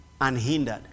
Unhindered